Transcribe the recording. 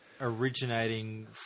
originating